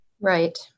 Right